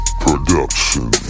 Production